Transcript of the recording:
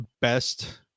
best